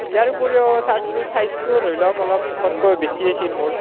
ইয়াৰ উপৰিও চাৰ্টটোৰ চাইজটোও ধৰি লওক অলপ জোখতকৈ বেছি হৈছিল মোৰ